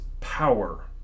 power